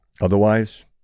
otherwise